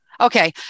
Okay